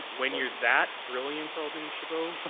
when you're that brilliant, alderman chabot,